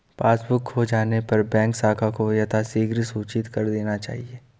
passbook खो जाने पर बैंक शाखा को यथाशीघ्र सूचित कर देना चाहिए